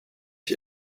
ich